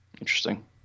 Interesting